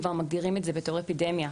כבר מגדירים את זה בתור אפידמיה.